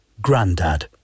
Grandad